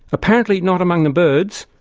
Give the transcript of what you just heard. apparently not among the birds,